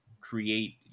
create